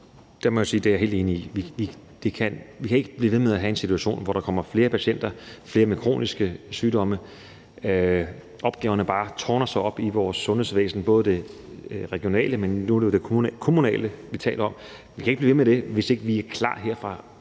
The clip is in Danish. må jeg sige, at det er jeg helt enig i. Vi kan ikke blive ved med at have en situation, hvor der kommer flere patienter, flere med kroniske sygdomme, og hvor opgaverne bare tårner sig op i vores sundhedsvæsen, både det regionale og det kommunale, som jo er det, vi taler om. Vi kan ikke blive ved med det, hvis ikke vi er klar her fra